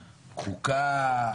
חוקה,